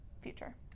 future